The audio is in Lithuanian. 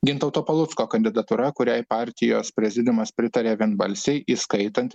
gintauto palucko kandidatūra kuriai partijos prezidiumas pritarė vienbalsiai įskaitant